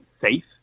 safe